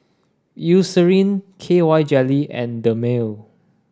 Eucerin K Y jelly and Dermale